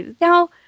Now